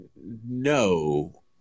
no